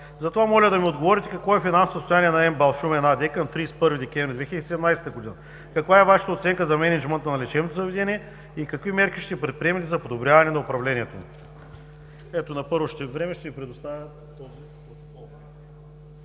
Затова моля да ми отговорите: какво е финансовото състояние на „МБАЛ – Шумен“ АД към 31 декември 2017 г., каква е Вашата оценка за мениджмънта на лечебното заведение и какви мерки ще предприемете за подобряване на управлението му? На първо време ще Ви предоставя този протокол.